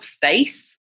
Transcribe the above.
face